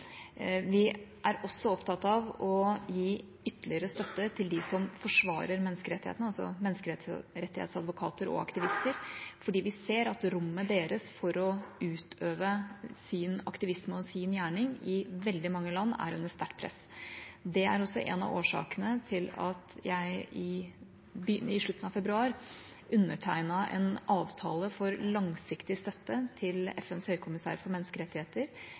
Vi er også opptatt av å gi ytterligere støtte til dem som forsvarer menneskerettighetene, altså menneskerettighetsadvokater og aktivister, fordi vi ser at rommet deres til å utøve sin aktivisme og sin gjerning er under sterkt press i veldig mange land. Det er også en av årsakene til at jeg i slutten av februar undertegnet en avtale for langsiktig støtte til FNs høykommissær for menneskerettigheter